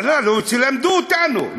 לא, תלמדו אותנו.